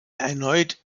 erneut